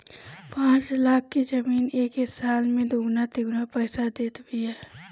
पाँच लाख के जमीन एके साल में दुगुना तिगुना पईसा देत बिया